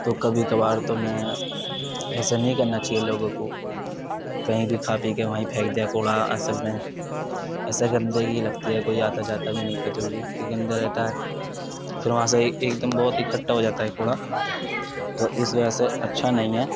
تو کبھی کبھار تو میں ایسے نہیں کرنا چاہیے لوگوں کو کہیں بھی کھا پی کے وہیں پھنک دیا کوڑا اصل میں ایسا گندگی لگتی ہے کوئی آتا جاتا بھی نہیں جلدی کیونکہ گندا رہتا ہے پھر وہاں سے ایک دم بہت ہی اکھٹا ہوجاتا ہے کوڑا تو اس وجہ سے اچھا نہیں ہے